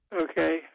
okay